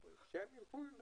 שזה בית חולים